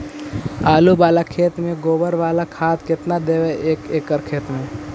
आलु बाला खेत मे गोबर बाला खाद केतना देबै एक एकड़ खेत में?